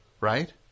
right